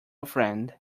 friend